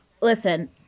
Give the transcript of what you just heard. listen